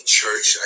Church